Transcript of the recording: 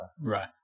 Right